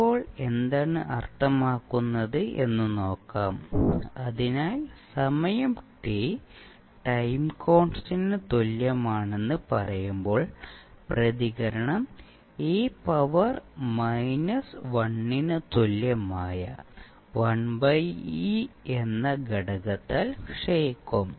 ഇപ്പോൾ എന്താണ് അർത്ഥമാക്കുന്നത് എന്ന് നോക്കാം അതിനാൽ സമയം t ടൈം കോൺസ്റ്റന്റ് തുല്യമാണെന്ന് പറയുമ്പോൾ പ്രതികരണം e പവർ മൈനസ് 1 ന് തുല്യമായ 1e എന്ന ഒരു ഘടകത്താൽ ക്ഷയിക്കും